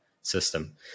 system